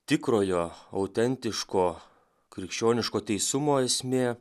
tikrojo autentiško krikščioniško teisumo esmė